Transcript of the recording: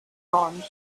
arms